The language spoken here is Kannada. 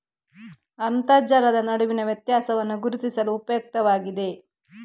ಅಂತರ್ಜಲದ ನಡುವಿನ ವ್ಯತ್ಯಾಸವನ್ನು ಗುರುತಿಸಲು ಉಪಯುಕ್ತವಾಗಿದೆ